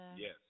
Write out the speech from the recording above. Yes